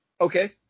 Okay